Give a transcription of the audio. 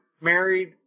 married